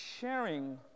sharing